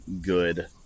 good